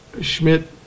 Schmidt